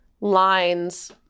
lines